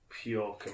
pure